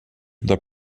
that